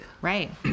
Right